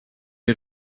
had